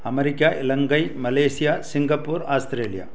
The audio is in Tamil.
America Ilangai Malaysia Singapore Australia